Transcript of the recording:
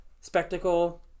Spectacle